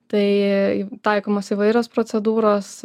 tai taikomos įvairios procedūros